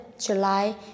July